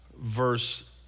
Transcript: verse